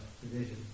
division